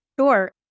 Sure